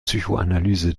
psychoanalyse